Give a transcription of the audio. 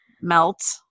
melt